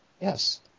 yes